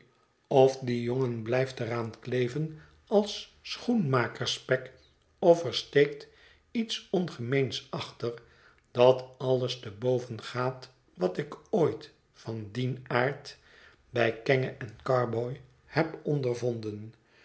of die jongen blijft er aan kleven als schoenmakerspek of er steekt iets ongemeens achter dat alles te boven gaat wat ik ooit van dien aard bij kenge en carboy heb ondervonden